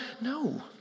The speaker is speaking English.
no